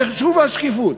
זה שוב השקיפות,